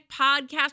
podcast